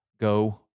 go